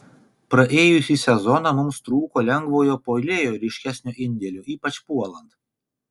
praėjusį sezoną mums trūko lengvojo puolėjo ryškesnio indėlio ypač puolant